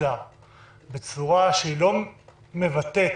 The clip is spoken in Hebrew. שהתפצלה בצורה שלא מבטאת